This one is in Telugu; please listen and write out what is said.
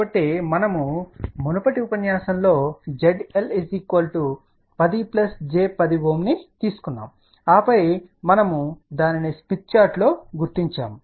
కాబట్టి మనము మునపటి ఉపన్యాసంలో ZL10 j 10Ω తీసుకున్నాము ఆపై మనము దానిని స్మిత్ చార్టులో గుర్తించాము